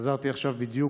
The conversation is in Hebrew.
חזרתי עכשיו בדיוק.